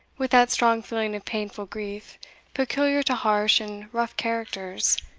with that strong feeling of painful grief peculiar to harsh and rough characters,